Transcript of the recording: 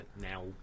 now